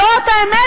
זאת האמת.